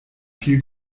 viel